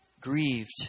grieved